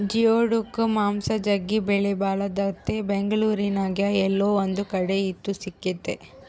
geoduck ಮಾಂಸ ಜಗ್ಗಿ ಬೆಲೆಬಾಳದಾಗೆತೆ ಬೆಂಗಳೂರಿನ್ಯಾಗ ಏಲ್ಲೊ ಒಂದು ಕಡೆ ಇದು ಸಿಕ್ತತೆ